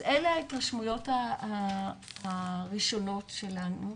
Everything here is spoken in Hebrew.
אז אלה ההתרשמויות הראשונות שלנו,